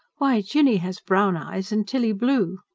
why, jinny has brown eyes and tilly blue!